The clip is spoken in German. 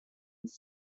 uns